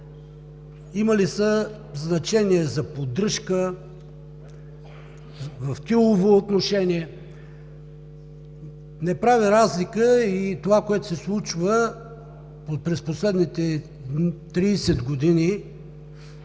имали са значение за поддръжката в тилово отношение. Не правя разлика и с това, което се случва през последните 30 години